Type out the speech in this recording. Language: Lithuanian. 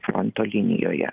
fronto linijoje